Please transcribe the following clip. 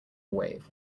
wave